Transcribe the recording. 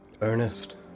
Ernest